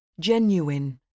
Genuine